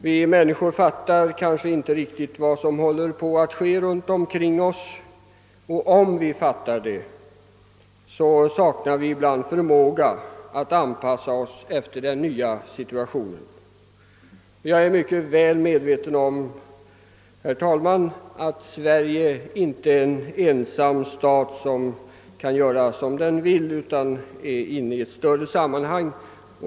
Vi människor fattar kanske inte riktigt vad som håller på att ske runt omkring oss, och om vi fattar det saknar vi ibland förmåga att anpassa oss efter den nya situationen. Jag är mycket väl medveten om, herr talman, att Sverige inte är en ensam stat som kan göra som den vill, utan det är nödvändigt att ta hänsyn till ett större sammanhang.